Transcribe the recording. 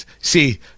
see